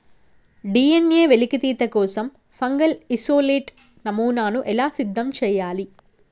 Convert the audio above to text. DNA వెలికితీత కోసం fungal isolate నమూనాను ఎలా సిద్ధం చెయ్యాలి?